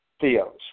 theos